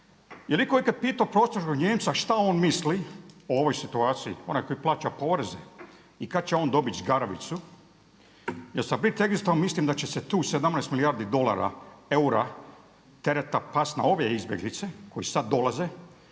Je li itko ikad pitao prosječnog Nijemca što on misli o ovoj situaciji, onaj koji plaća poreze i kad će on dobiti žgaravicu jer sa brexitom mislim da će se tu 17 milijardi dolara eura tereta pasti na ove izbjeglice koji sad dolaze.